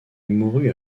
mourut